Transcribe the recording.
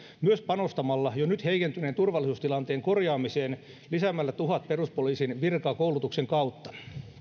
myös panostamalla jo nyt heikentyneen turvallisuustilanteen korjaamiseen lisäämällä tuhannen peruspoliisin virkaa koulutuksen kautta